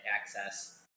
access